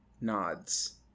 nods